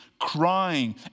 Crying